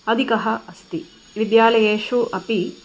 अधिकः अस्ति विद्यालयेषु अपि